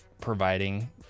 providing